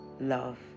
love